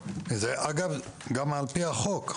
אגב, זו גם עבירה על החוק.